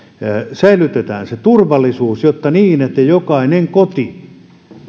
säilytetään se turvallisuus niin että jokainen koti